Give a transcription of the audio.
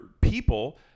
people